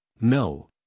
No